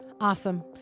Awesome